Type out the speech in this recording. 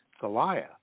Goliath